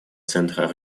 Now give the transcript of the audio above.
центра